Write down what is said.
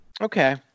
okay